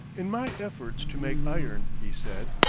in my efforts to make iron, he said,